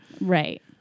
right